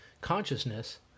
Consciousness